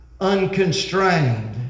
unconstrained